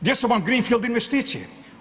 Gdje su vam greenfield investicije?